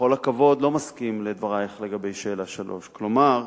בכל הכבוד, לא מסכים לדברייך לגבי שאלה 3. כלומר,